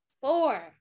four